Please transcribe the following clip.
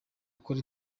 bakora